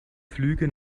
flüge